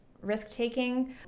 risk-taking